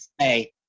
say